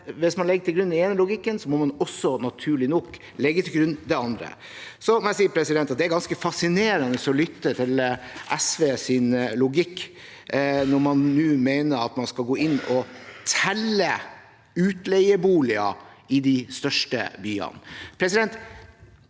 Hvis man legger til grunn den ene logikken, må man også, naturlig nok, legge til grunn den andre. Det er ganske fascinerende å lytte til SVs logikk når man nå mener at man skal gå inn og telle utleieboliger i de største byene.